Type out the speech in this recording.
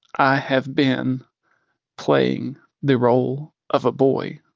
i have been playing the role of a boy.